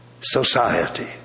society